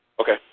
Okay